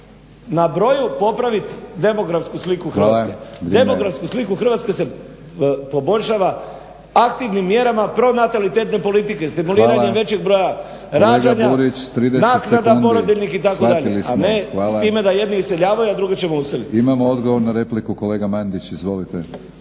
na broju popraviti demografsku sliku Hrvatske. Demografsku sliku Hrvatske se poboljšava aktivnim mjerama pronatalitetne politike, stimuliranjem … /Upadica: Hvala kolega Burić./ … broja rađanja, naknada porodiljnih itd. a ne time da jedni iseljavaju a druge ćemo useliti. **Batinić, Milorad